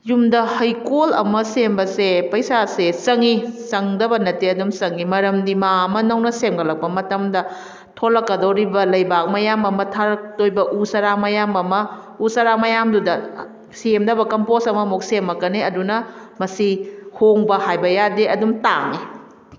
ꯌꯨꯝꯗ ꯍꯩꯀꯣꯜ ꯑꯃ ꯁꯦꯝꯕꯁꯦ ꯄꯩꯁꯥꯁꯦ ꯆꯪꯏ ꯆꯪꯗꯕ ꯅꯠꯇꯦ ꯑꯗꯨꯝ ꯆꯪꯏ ꯃꯔꯝꯗꯤ ꯃꯥ ꯑꯃ ꯅꯧꯕ ꯁꯦꯝꯒꯠꯂꯛꯄ ꯃꯇꯝꯗ ꯊꯣꯛꯂꯛꯀꯗꯧꯔꯤꯕ ꯂꯩꯕꯥꯛ ꯃꯌꯥꯝ ꯑꯃ ꯊꯥꯔꯛꯇꯣꯏꯕ ꯎ ꯆꯥꯔꯥ ꯃꯌꯥꯝ ꯑꯃ ꯎ ꯆꯥꯔꯥ ꯃꯌꯥꯝꯗꯨꯗ ꯁꯦꯝꯅꯕ ꯀꯝꯄꯣꯁ ꯑꯃꯃꯨꯛ ꯁꯦꯝꯃꯛꯀꯅꯤ ꯑꯗꯨꯅ ꯃꯁꯤ ꯍꯣꯡꯕ ꯍꯥꯏꯕ ꯌꯥꯗꯦ ꯑꯗꯨꯝ ꯇꯥꯡꯉꯤ